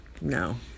No